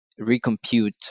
recompute